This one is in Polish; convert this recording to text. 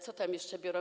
Co tam jeszcze biorą?